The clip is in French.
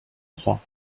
trois